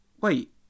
Wait